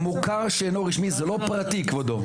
הם מוכר שאינו רשמי זה לא פרטי כבודו,